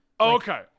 Okay